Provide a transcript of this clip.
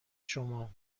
شما